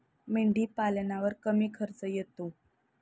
मेंढीपालनावर कमी खर्च येतो